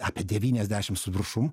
apie devyniasdešim su viršum